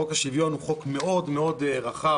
חוק השוויון הוא חוק מאוד מאוד רחב,